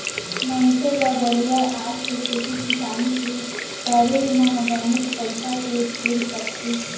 मनसे ल बरोबर आज के खेती किसानी के करे म बनेच पइसा के झेल परथे